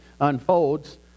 unfolds